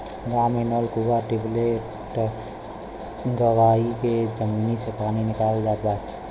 गांव में नल, कूंआ, टिबेल गड़वाई के जमीनी से पानी निकालल जात बा